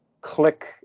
click